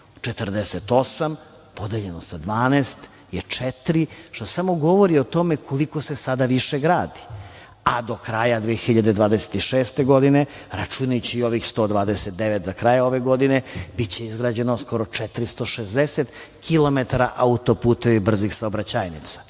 48 podeljeno sa 12 je četiri, što samo govori o tome koliko se sada više gradi, a do kraja 2026. godine, računajući i ovih 129 za kraj ove godine, biće izgrđeno skoro 460 kilometara autoputeva, brzih saobraćajnica.